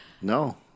No